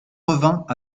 revint